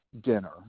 dinner